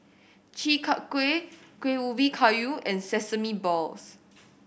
Chi Kak Kuih Kuih Ubi Kayu and sesame balls